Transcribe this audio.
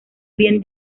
bien